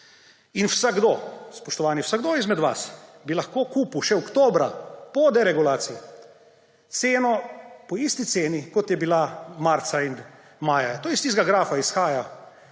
In vsakdo, spoštovani, vsakdo izmed vas bi lahko kupil še oktobra, po deregulaciji, po isti ceni, kot je bila marca in maja; to iz tistega grafa izhaja.